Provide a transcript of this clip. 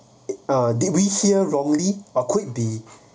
it did we hear wrongly or quick be